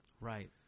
Right